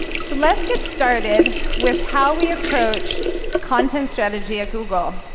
so let's get started with how we approach content strategy at google.